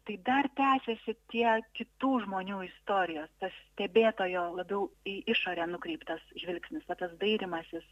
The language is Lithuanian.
tai dar tęsiasi tie kitų žmonių istorijos tas stebėtojo labiau į išorę nukreiptas žvilgsnis o tas dairymasis